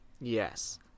Yes